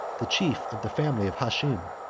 the chief of the family of hashem,